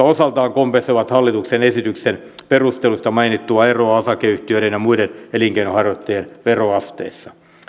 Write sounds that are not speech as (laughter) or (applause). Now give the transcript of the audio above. (unintelligible) osaltaan kompensoivat hallituksen esityksen perusteluissa mainittua eroa osakeyhtiöiden ja muiden elinkeinonharjoittajien veroasteissa